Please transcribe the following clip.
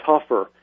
tougher